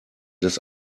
des